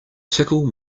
tickle